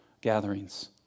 gatherings